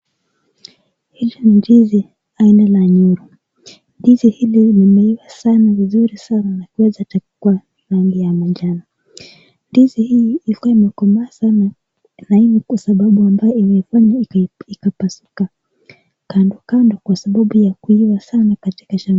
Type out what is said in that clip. Hizi ni ndizi aina la nyoro. Ndizi hili limeiva vizurii sana na kuweza rangi ya manjano. Ndizi hii ilikuwa imekomaa sana na hivi kwa sababu ambayo imefanya ikapasuka kandokando kwa sababu ya kuiva sana katika shamba.